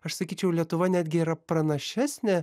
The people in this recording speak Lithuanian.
aš sakyčiau lietuva netgi yra pranašesnė